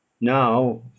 Now